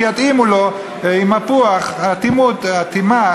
שיתאימו לו אטימה עם מפוח,